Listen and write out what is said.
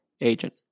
agent